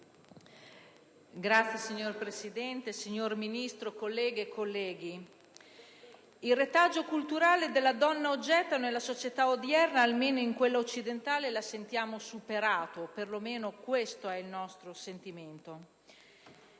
Signora Presidente, signora Ministro, colleghe e colleghi, il retaggio culturale della donna oggetto nella società odierna, almeno in quella occidentale, lo sentiamo superato o almeno è questo il nostro sentimento. La